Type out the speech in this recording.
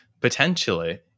Potentially